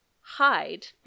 hide